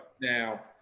now